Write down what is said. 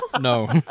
No